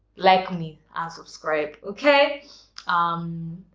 like me and subscribe, okay um ah